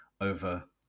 over